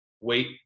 wait